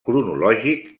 cronològic